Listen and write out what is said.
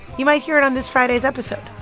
you might hear it on this friday's episode.